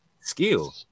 Skill